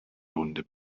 runde